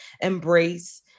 embrace